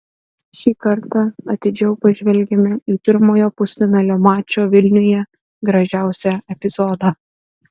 šį kartą atidžiau pažvelgėme į pirmojo pusfinalio mačo vilniuje gražiausią epizodą